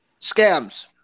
Scams